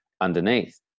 underneath